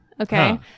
Okay